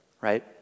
right